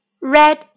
Red